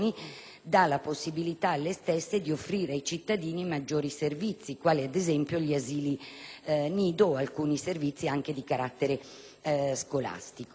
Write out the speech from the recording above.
dà la possibilità alle stesse di offrire ai cittadini maggiori servizi, quali gli asili nido o alcuni servizi di carattere scolastico.